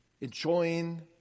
Enjoying